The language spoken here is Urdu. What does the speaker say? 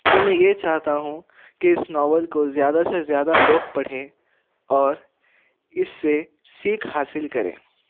تو میں یہ چاہتا ہوں کہ اس ناول کو زیادہ سے زیادہ لوگ پڑھیں اور اس سے سیکھ حاصل کریں